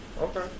Okay